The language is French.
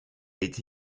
été